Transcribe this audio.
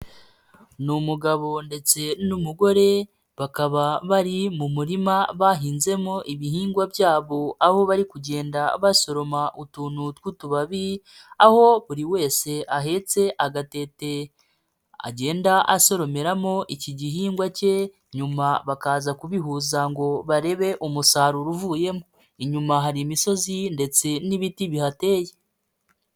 Ni umugabo ndetse n'umugore, bakaba bari mu murima bahinzemo ibihingwa byabo aho bari kugenda basoroma utuntu tw'utubabi, aho buri wese ahetse agatete agenda asoromeramo iki gihingwa cye, nyuma bakaza kubihuza ngo barebe umusaruro uvuyemo. Inyuma hari imisozi ndetse n'ibiti bihateye.